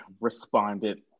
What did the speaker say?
responded